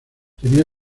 tenía